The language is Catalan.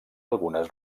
algunes